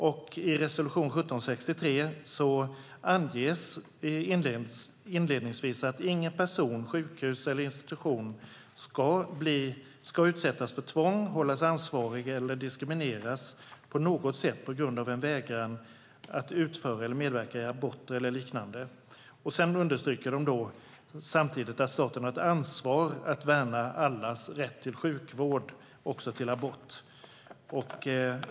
I resolution 1763 anges inledningsvis att ingen person, sjukhus eller institution ska utsättas för tvång, hållas ansvarig eller diskrimineras på något sätt på grund av en vägran att utföra eller medverka vid aborter eller liknande. Samtidigt understryks att staten har ett ansvar för att värna allas rätt till sjukvård, också till abort.